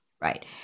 right